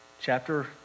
Chapter